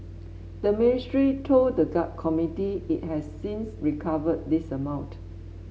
the ministry told the committee it has since recovered this amount